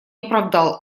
оправдал